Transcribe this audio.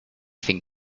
thing